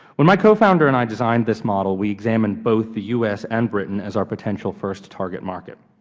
when my cofounder and i designed this model, we examined both the u s. and britain as our potential first target market.